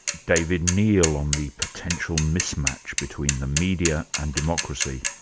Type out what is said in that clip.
david neil on the potential mismatch between the media and democracy.